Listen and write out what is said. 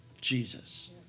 Jesus